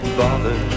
bother